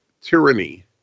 tyranny